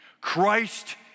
Christ